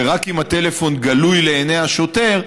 ורק אם הטלפון גלוי לעיני השוטר.